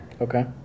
Okay